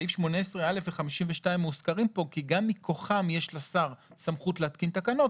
סעיף 18א ו-52 מוזכרים פה כי גם מכוחם יש לשר סמכות להתקין תקנות,